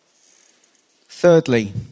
Thirdly